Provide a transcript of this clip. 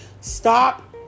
stop